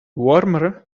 warmer